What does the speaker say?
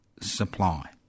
supply